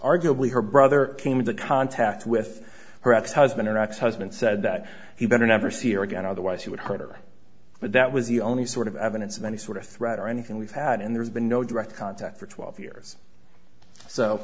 arguably her brother came into contact with her ex husband or ex husband said that he better never see her again otherwise he would hurt her but that was the only sort of evidence of any sort of threat or anything we've had and there's been no direct contact for twelve years so